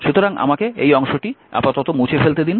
সুতরাং আমাকে এই অংশটি মুছে ফেলতে দিন